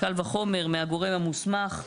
קל וחומר מהגורם המוסמך.